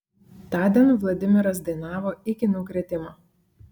tądien vladimiras dainavo iki nukritimo